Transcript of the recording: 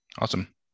Awesome